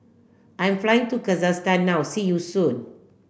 I'm flying to Kazakhstan now see you soon